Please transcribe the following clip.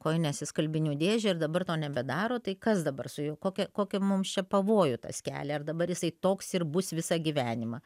kojines į skalbinių dėžę ir dabar to nebedaro tai kas dabar su juo kokį kokį mums čia pavojų tas kelia ar dabar jisai toks ir bus visą gyvenimą